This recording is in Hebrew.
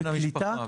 בן המשפחה.